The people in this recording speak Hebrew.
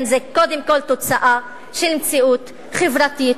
זה קודם כול תוצאה של מציאות חברתית,